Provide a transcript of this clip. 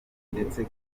ndetse